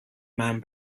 man